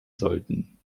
sollten